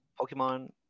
pokemon